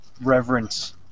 reverence